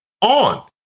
on